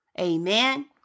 Amen